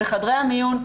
בחדרי המיון,